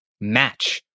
match